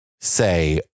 say